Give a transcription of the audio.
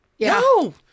No